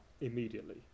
immediately